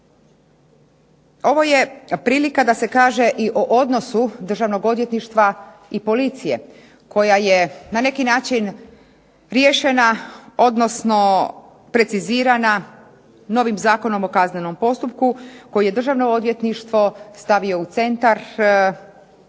Ovo je prilika da se kaže i odnosu Državnog odvjetništva i policije koja je na neki način riješena, odnosno precizirana novim Zakonom o kaznenom postupku koje je Državno odvjetništvo stavio u centar zbivanja